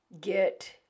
get